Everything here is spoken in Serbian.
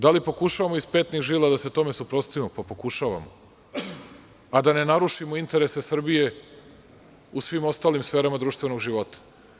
Da li pokušavamo iz petnih žila da se tome suprotstavimo, pa pokušavamo, a da ne narušimo interese Srbije u svim ostalim sferama društvenog života.